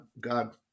God